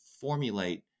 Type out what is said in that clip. formulate